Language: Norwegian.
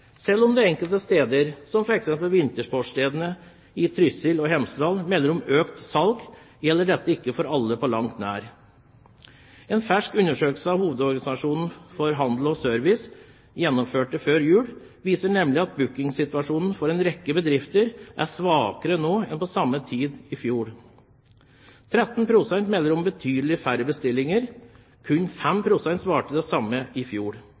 Selv om enkelte steder, som f.eks. vintersportsstedene Trysil og Hemsedal, melder om økt salg, gjelder dette ikke for alle – på langt nær. En fersk undersøkelse som hovedorganisasjonen for handel og service gjennomførte før jul, viser nemlig at bookingsituasjonen for en rekke bedrifter er svakere nå enn på samme tid i fjor. 13 pst. melder om betydelig færre bestillinger. Kun 5 pst. svarte det samme i fjor.